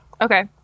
Okay